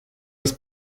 das